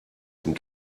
dem